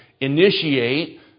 initiate